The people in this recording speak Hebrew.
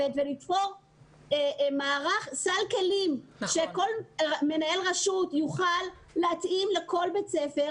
ולתפור סל כלים ושכל מנהל רשות יוכל להתאים לכל בית ספר.